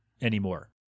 anymore